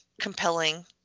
compelling